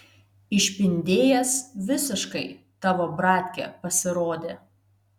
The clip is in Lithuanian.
išpindėjęs visiškai tavo bratkė pasirodė